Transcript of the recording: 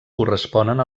corresponen